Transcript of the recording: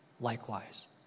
likewise